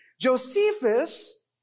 Josephus